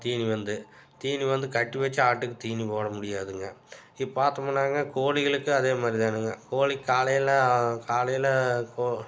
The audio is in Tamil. தீனி வந்து தீனி வந்து கட்டி வச்சு ஆட்டுக்கு தீனி போடமுடியாதுங்க இப்போ பார்த்தோமுன்னாங்க கோழிகளுக்கும் அதேமாதிரி தானுங்க கோழி காலையில் காலையில் கோ